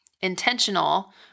intentional